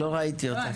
לא ראיתי אותך.